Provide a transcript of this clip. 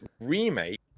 remake